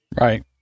Right